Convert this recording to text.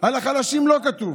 על החלשים לא כתוב,